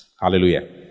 Hallelujah